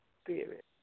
Spirit